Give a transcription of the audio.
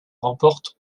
remporte